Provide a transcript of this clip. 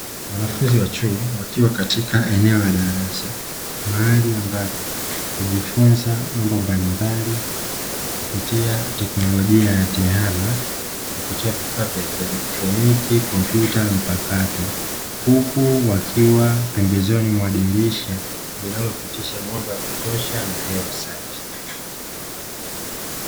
Wanafunzi wa chuo wakiwa katika eneo la darasa, mahali ambapo hujifunza mambo mbalimbali kupitia teknolojia ya tehama, kupitia vifaa vya kielektroniki kompyuta mpakato, huku wakiwa pembezoni mwa dirisha linalopitisha mwanga wa kutosha na hewa safi.